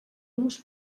los